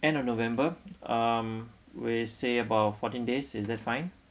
end of november um we say about fourteen days is that fine